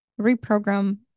reprogram